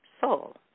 soul